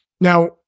Now